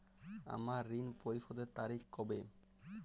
আমার ঋণ পরিশোধের তারিখ কবে?